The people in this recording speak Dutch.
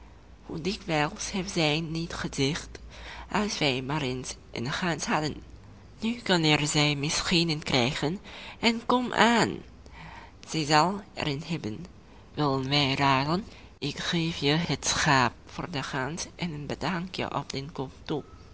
heeft zij niet gezegd als wij maar eens een gans hadden nu kan zij er misschien een krijgen en komaan zij zal er een hebben willen wij ruilen ik geef je het schaap voor de gans en een bedankje